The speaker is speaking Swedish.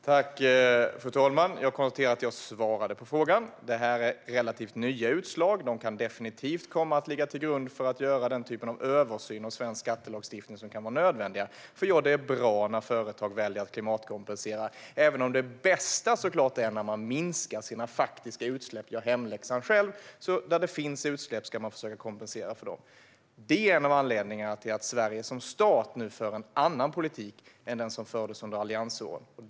Fru talman! Jag konstaterar att jag svarade på frågan. Detta är relativt nya utslag. De kan definitivt komma att ligga till grund för att göra den typ av översyn av svensk skattelagstiftning som kan vara nödvändig. Ja, det är bra när företag väljer att klimatkompensera, även om det bästa såklart är när man minskar sina faktiska utsläpp och själv gör hemläxan. Då det finns utsläpp ska man försöka kompensera för dem. Det är en av anledningarna till att Sverige som stat nu för en annan politik än den som fördes under alliansåren.